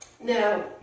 Now